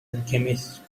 alchemist